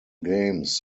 games